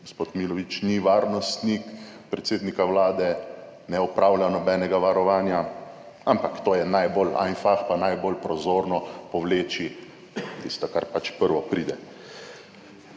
gospoda Milović ni varnostnik predsednika Vlade, ne opravlja nobenega varovanja, ampak to je najbolj aifah pa najbolj prozorno, povleči tisto kar pač prvo pride.